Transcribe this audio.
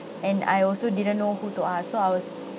and I also didn't know who to ask so I was